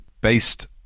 based